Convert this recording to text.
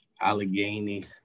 Allegheny